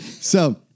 So-